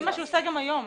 זה מה שהוא עושה גם היום.